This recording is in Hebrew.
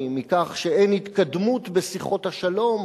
מכך שאין התקדמות בשיחות השלום